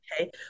okay